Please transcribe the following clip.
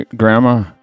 Grandma